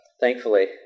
thankfully